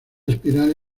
espiral